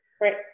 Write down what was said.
Right